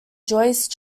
joyce